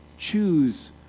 Choose